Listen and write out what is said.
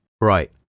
Right